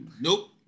nope